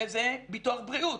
הרי זה ביטוח בריאות.